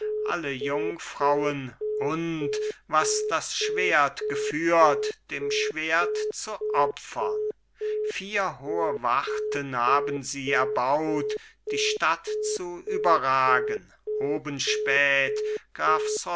alle jungfrauen und was das schwert geführt dem schwert zu opfern vier hohe warten haben sie erbaut die stadt zu überragen oben späht graf